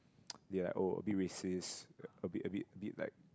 they like oh a bit racist a bit a bit a bit like